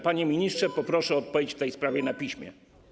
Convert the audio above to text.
Panie ministrze, poproszę o odpowiedź w tej sprawie na piśmie.